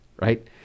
right